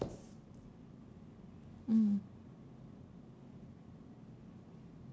mm